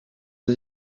der